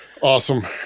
Awesome